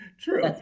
True